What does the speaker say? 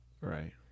Right